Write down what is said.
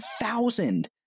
thousand